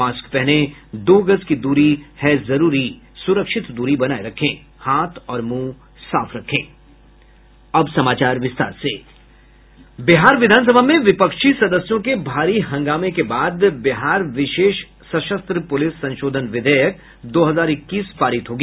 mask पहनें दो गज दूरी है जरूरी सुरक्षित दूरी बनाये रखें हाथ और मुंह साफ रखें बिहार विधानसभा में विपक्षी सदस्यों के भारी हंगामे के बाद बिहार विशेष सशस्त्र पुलिस संशोधन विधेयक दो हजार इक्कीस पारित हो गया